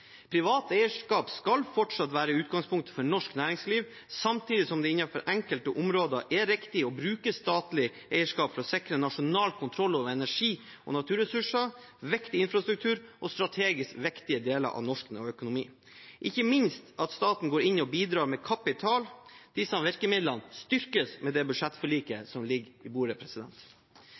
Privat eierskap skal fortsatt være utgangspunktet for norsk næringsliv. Samtidig er det innenfor enkelte områder riktig å bruke statlig eierskap for å sikre nasjonal kontroll over energi- og naturressurser, viktig infrastruktur og strategisk viktige deler av norsk økonomi, ikke minst ved at staten går inn og bidrar med kapital. Disse virkemidlene styrkes med det budsjettforliket som ligger på bordet.